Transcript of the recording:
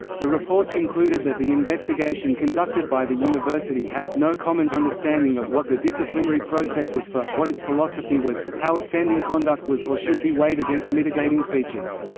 the report concluded that the investigation conducted by the university had no common understanding of what the disciplinary process was for, what its philosophy was, how offending conduct was or should be weighed against mitigating features'.